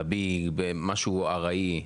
לביג, משהו ארעי.